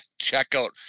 checkout